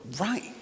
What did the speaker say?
right